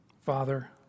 Father